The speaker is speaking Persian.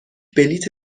بلیت